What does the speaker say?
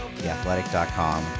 theathletic.com